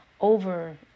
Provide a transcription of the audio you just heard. over